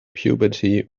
puberty